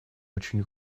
очень